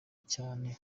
cyane